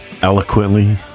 Eloquently